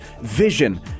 vision